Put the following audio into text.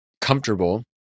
comfortable